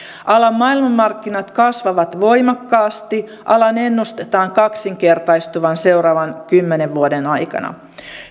alan maailmanmarkkinat kasvavat voimakkaasti alan ennustetaan kaksinkertaistuvan seuraavan kymmenen vuoden aikana